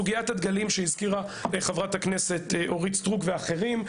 סוגיית הדגלים שהזכירה חברת הכנסת אורית סטרוק ואחרים.